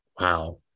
Wow